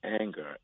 anger